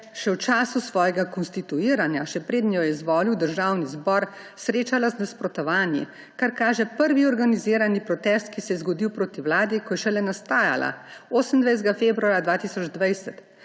še v času svojega konstituiranja, še preden jo je izvolil državni zbor, srečala z nasprotovanji, kar kaže prvi organizirani protest, ki se je zgodil proti vladi, ko je šele nastajala, 28. februarja 2020.